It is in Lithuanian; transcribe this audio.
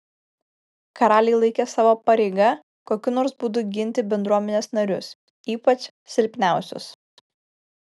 karaliai laikė savo pareiga kokiu nors būdu ginti bendruomenės narius ypač silpniausius